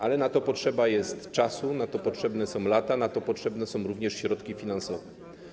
Ale na to potrzeba czasu, na to potrzebne są lata, na to potrzebne są również środki finansowe.